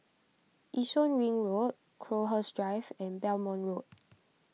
Yishun Ring Road Crowhurst Drive and Belmont Road